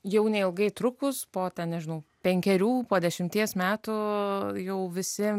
jau neilgai trukus po ten nežinau penkerių po dešimties metų jau visi